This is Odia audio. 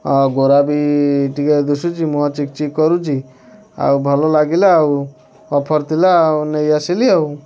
ଗୋରା ବି ଟିକେ ଦିଶୁଛି ମୁହଁ ଚିକ୍ଚିକ୍ କରୁଛି ଆଉ ଭଲ ଲାଗିଲା ଆଉ ଅଫର୍ ଥିଲା ଆଉ ନେଇ ଆସିଲି